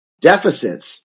deficits